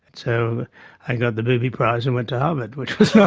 so i got the booby prize and went to harvard, which was